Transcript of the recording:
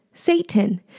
Satan